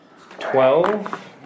Twelve